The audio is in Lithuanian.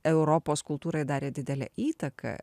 europos kultūrai darė didelę įtaką